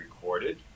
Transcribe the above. recorded